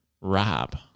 Rob